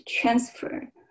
transfer